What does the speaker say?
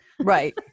right